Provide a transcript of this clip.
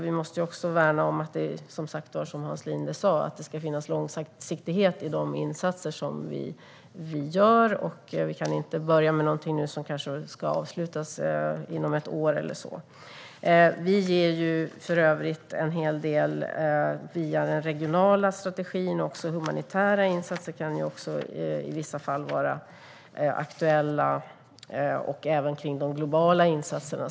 Vi måste också värna om, som Hans Linde sa, att det ska finnas långsiktighet i de insatser som vi gör. Vi kan inte börja med någonting nu som kanske ska avslutas inom ett år eller så. Via den regionala strategin kan också humanitära insatser vara aktuella i vissa fall och även globala insatser.